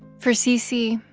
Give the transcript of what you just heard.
for cc,